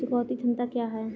चुकौती क्षमता क्या है?